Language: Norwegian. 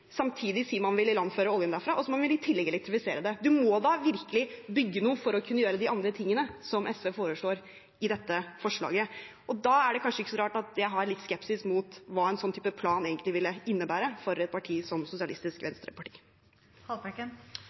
samtidig si at man vil ilandføre oljen derfra, og så vil man i tillegg elektrifisere det. En må da virkelig bygge noe for å kunne gjøre de andre tingene som SV foreslår i dette forslaget. Da er det kanskje ikke så rart at jeg har litt skepsis mot hva en sånn type plan egentlig ville innebære for et parti som Sosialistisk